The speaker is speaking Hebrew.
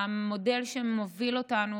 המודל שמוביל אותנו,